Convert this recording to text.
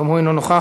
גם הוא אינו נוכח,